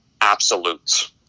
absolutes